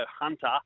Hunter